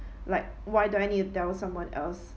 like why do I need to tell someone else